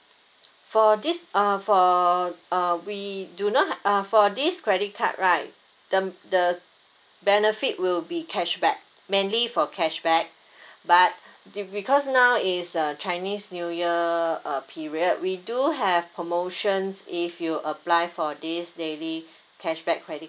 for this uh for uh we do not uh for this credit card right them the benefit will be cashback mainly for cashback but the because now is a chinese new year uh period we do have promotions if you apply for this daily cashback credit